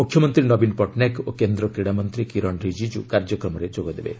ମୁଖ୍ୟମନ୍ତ୍ରୀ ନବୀନ ପଟ୍ଟନାୟକ ଓ କେନ୍ଦ୍ର କୀଡ଼ା ମନ୍ତ୍ରୀ କିରନ୍ ରିଜିଜ୍ଞ କାର୍ଯ୍ୟକ୍ରମରେ ଯୋଗ ଦେବେ